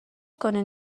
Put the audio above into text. کنین